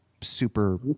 super